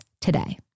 today